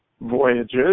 voyages